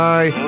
Bye